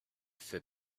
fait